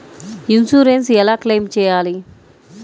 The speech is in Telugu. ఇన్సూరెన్స్ ఎలా క్లెయిమ్ చేయాలి?